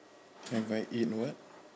have I eat what